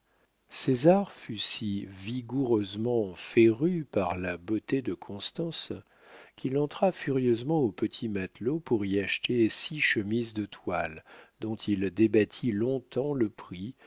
autres césar fut si vigoureusement féru par la beauté de constance qu'il entra furieusement au petit matelot pour y acheter six chemises de toile dont il débattit long-temps le prix